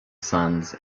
sons